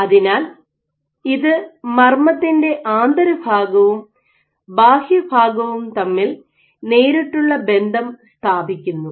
അതിനാൽ ഇത് മർമ്മത്തിൻറെ ആന്തര ഭാഗവും ബാഹ്യഭാഗവും തമ്മിൽ നേരിട്ടുള്ള ബന്ധം സ്ഥാപിക്കുന്നു